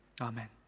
amen